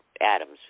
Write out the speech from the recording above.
Adams